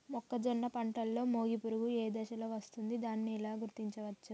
మొక్కజొన్న పంటలో మొగి పురుగు ఏ దశలో వస్తుంది? దానిని ఎలా గుర్తించవచ్చు?